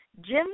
Jim